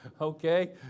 okay